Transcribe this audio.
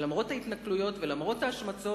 ולמרות ההתנכלויות ולמרות ההשמצות,